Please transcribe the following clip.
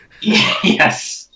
Yes